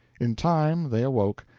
in time they awoke,